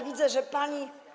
Widzę, że pani.